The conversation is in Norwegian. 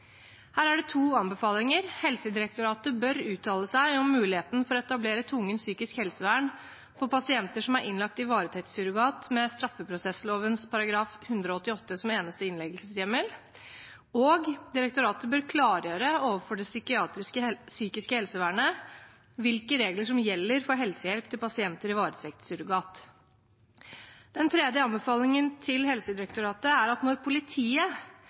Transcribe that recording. Her er det tre anbefalinger, for det første: «Helsedirektoratet bør uttale seg om muligheten for å etablere tvungent psykisk helsevern for pasienter som er innlagt i varetektssurrogat med straffeprosessloven § 188 som eneste innleggelseshjemmel.» Og videre: «Helsedirektoratet bør klargjøre overfor det psykiske helsevernet hvilke regler som gjelder for helsehjelp til pasienter i varetektssurrogat.» Den tredje anbefalingen til Helsedirektoratet er at når politiet